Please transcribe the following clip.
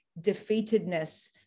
defeatedness